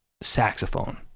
saxophone